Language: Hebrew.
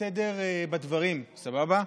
סדר בדברים, סבבה?